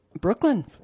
Brooklyn